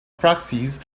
proxies